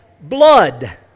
blood